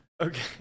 okay